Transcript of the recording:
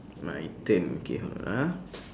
my turn okay hold on ah